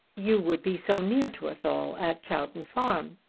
you would be so near to us all at chowton farm!